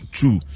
two